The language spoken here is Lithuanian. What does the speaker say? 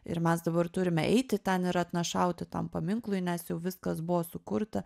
ir mes dabar turime eiti ten ir atnašauti tam paminklui nes jau viskas buvo sukurta